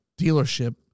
dealership